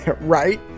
Right